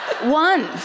one